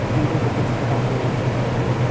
कीड़े कितने प्रकार के होते हैं?